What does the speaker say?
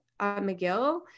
McGill